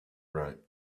right